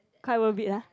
quite worth it lah